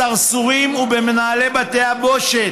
בסרסורים ובמנהלי בתי הבושת,